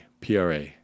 pra